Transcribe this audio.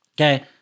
okay